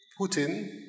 Putin